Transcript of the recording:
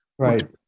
Right